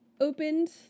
Opened